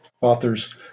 Authors